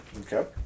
Okay